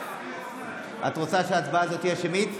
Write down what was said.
את רוצה שההצבעה הזאת תהיה שמית?